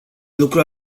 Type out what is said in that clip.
lucru